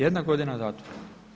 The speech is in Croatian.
Jedna godina zatvora.